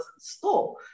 store